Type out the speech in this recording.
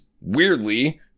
weirdly